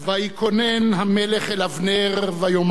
המלך אל אבנר, ויאמר: